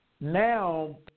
now